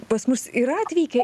pas mus yra atvykę